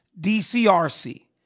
dcrc